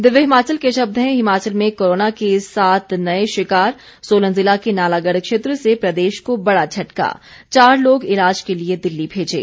दिव्य हिमाचल के शब्द हैं हिमाचल में कोरोना के सात नए शिकार सोलन जिला के नालागढ़ क्षेत्र से प्रदेश को बड़ा झटका चार लोग इलाज के लिए दिल्ली भेजे